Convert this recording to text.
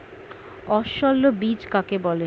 অসস্যল বীজ কাকে বলে?